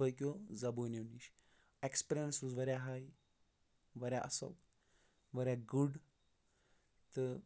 باقیو زبٲنیو نِش ایکٕسپیٖرنٕس روٗز واریاہ ہَے واریاہ اَصٕل واریاہ گُڈ تہٕ